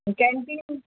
canteen